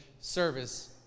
service